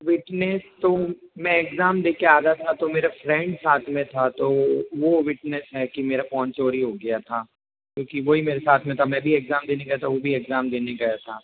witness तो मैं exam देके आ रहा था तो मेरा फ़्रेंड साथ में था तो वो विटनेस है कि मेरा फ़ोन चोरी हो गया था क्योंकि वो ही मेरे साथ में था मैं भी एग्ज़ाम देने गया था वो भी एग्ज़ाम देने गया था